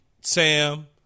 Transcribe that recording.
Sam